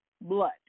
blood